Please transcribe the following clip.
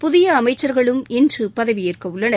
புதிய அமைச்சர்களும் இன்று பதவியேற்க உள்ளனர்